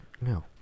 no